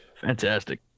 Fantastic